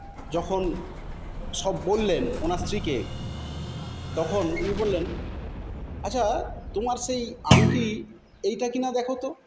যখন সব বললেন ওনার স্ত্রীকে তখন উনি বললেন আচ্ছা তোমার সেই আংটি এইটা কি না দেখো তো